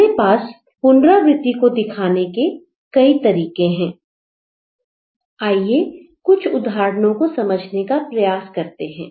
हमारे पास पुनरावृति को दिखाने के कई तरीके हैं आइए कुछ उदाहरणों को समझने का प्रयास करते हैं